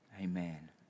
Amen